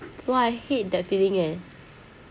why I hate that feeling eh